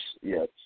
yes